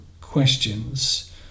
questions